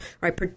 right